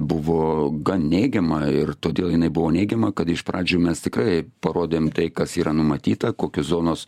buvo gan neigiama ir todėl jinai buvo neigiama kad iš pradžių mes tikrai parodėm tai kas yra numatyta kokios zonos